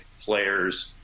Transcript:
players